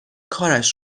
کارش